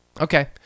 Okay